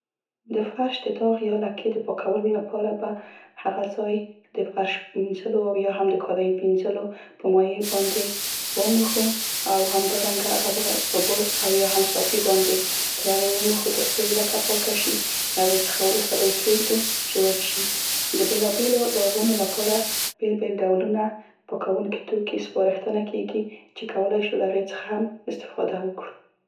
د فرش د داغ یا لکې د پاکولو لپاره به هغه ځای د فرش مینځلو او یا هم د کالیو مینځلو په مایع باندې وموښو او همدارنګه هغه به په برس او یا هم صافي باندې تر هغې وموښو تر څو یې لکه پاکه شي، له هغې څخه وروسته به یې پریږدو چې وچ شي. د بیلابیلو داغونو لپاره بیل بیل ډولونه پاکوونکي توکي سپارښتنه کیګي چې کولای شو له هغې څخه هم استفاده وکړو.